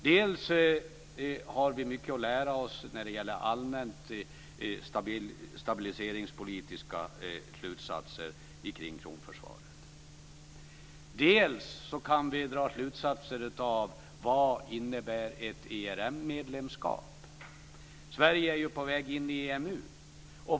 Dels har vi mycket att lära oss när det gäller allmänt stabiliseringspolitiska slutsatser kring kronförsvaret, dels kan vi dra slutsatser om vad ett ERM medlemskap innebär. Sverige är ju på väg in i EMU.